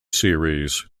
series